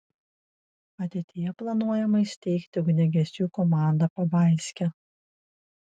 ateityje planuojama įsteigti ugniagesių komandą pabaiske